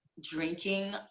drinking